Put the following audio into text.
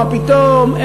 מה פתאום,